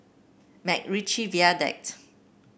MacRitchie Viaduct